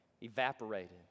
evaporated